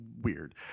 weird